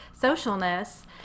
socialness